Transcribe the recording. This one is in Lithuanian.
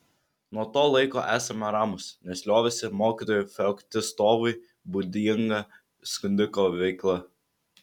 nuo to laiko esame ramūs nes liovėsi mokytojui feoktistovui būdinga skundiko veikla